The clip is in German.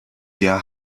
jahr